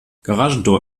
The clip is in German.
garagentor